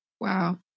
Wow